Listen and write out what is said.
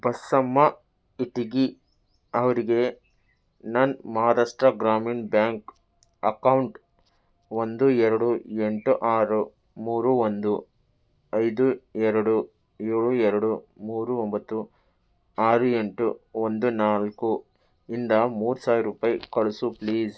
ಬಸಮ್ಮ ಇಟಗಿ ಅವರಿಗೆ ನನ್ನ Maharashtra Gramin bank account ಒಂದು ಎರಡು ಎಂಟು ಆರು ಮೂರು ಒಂದು ಐದು ಎರಡು ಏಳು ಎರಡು ಮೂರು ಒಂಬತ್ತು ಆರು ಎಂಟು ಒಂದು ನಾಲ್ಕು ಇಂದ ಮೂರು ಸಾವಿರ ರೂಪಾಯಿ ಕಳಿಸು ಪ್ಲೀಸ್